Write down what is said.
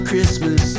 Christmas